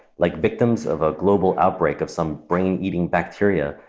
like victims of a global outbreak of some brain eating bacteria,